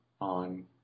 on